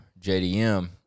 JDM